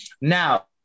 Now